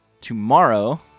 tomorrow